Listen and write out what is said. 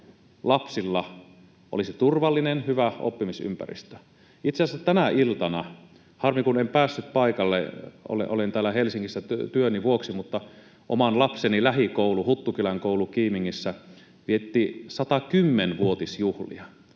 lapsilla olisi turvallinen, hyvä oppimisympäristö. Itse asiassa tänä iltana — harmi kun en päässyt paikalle, olen täällä Helsingissä työni vuoksi — oman lapseni lähikoulu, Huttukylän koulu Kiimingissä, vietti 110-vuotisjuhlia.